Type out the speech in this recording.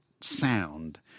sound